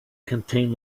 contain